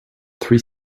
three